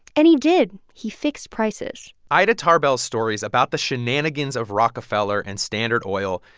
and he did. he fixed prices ida tarbell's stories about the shenanigans of rockefeller and standard oil,